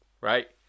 right